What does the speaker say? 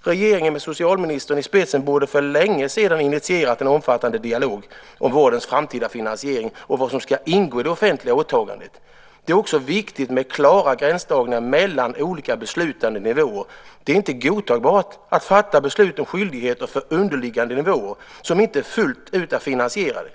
Regeringen med socialministern i spetsen borde för länge sedan ha initierat en omfattande dialog om vårdens framtida finansiering och om vad som ska ingå i det offentliga åtagandet. Det är också viktigt med klara gränsdragningar mellan olika beslutande nivåer. Det är inte godtagbart att fatta beslut om skyldigheter för underliggande nivåer som inte är fullt ut finansierade.